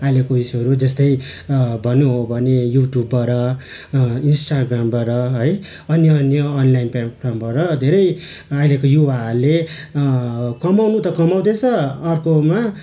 अहिलेको उसहरू जस्तै भन्नु हो भने युट्युबबाट इन्स्टाग्रामबाट है अन्य अन्य अनलाइन प्लेटफर्मबाट धेरै अहिलेको युवाहरूले कमाउनु त कमाउँदैछ अर्कोमा